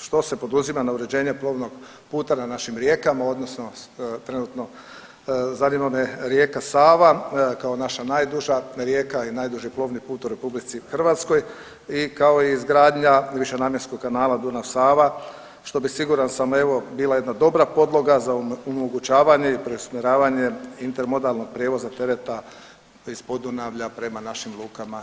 što se poduzima na uređenje plovnog puta na našim rijekama, odnosno trenutno zanima me rijeka Sava kao naša najduža rijeka i najduži plovni put u Republici Hrvatskoj i kao i izgradnja višenamjenskog kanala Dunav-Sava što bi siguran sam evo bila jedna dobra podloga za omogućavanje i preusmjeravanje inter modalnog prijevoza tereta iz Podunavlja prema našim lukama na Jadranu.